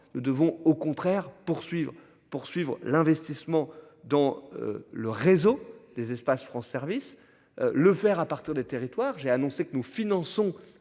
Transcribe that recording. nous devons au contraire poursuivre, poursuivre l'investissement dans. Le réseau des espaces France service le faire à partir des territoires. J'ai annoncé que nous finançons